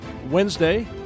Wednesday